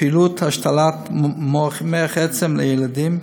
פעילות השתלת מוח עצם לילדים,